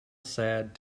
sad